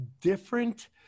different